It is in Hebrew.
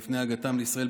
לפני הגעתם לישראל,